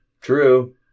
True